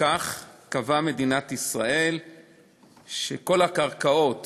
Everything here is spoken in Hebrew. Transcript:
וכך קבעה שכל הקרקעות